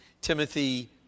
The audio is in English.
Timothy